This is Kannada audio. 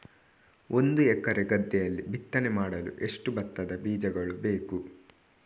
ಒಂದು ಎಕರೆ ಗದ್ದೆಯಲ್ಲಿ ಬಿತ್ತನೆ ಮಾಡಲು ಎಷ್ಟು ಭತ್ತದ ಬೀಜಗಳು ಬೇಕು?